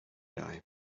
die